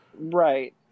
Right